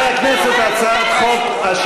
הוותק המצטבר של יו"ר הקואליציה,